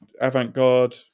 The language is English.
avant-garde